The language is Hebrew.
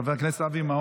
איפה טלי?